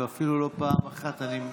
ואפילו לא פעם אחת אני,